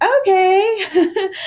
okay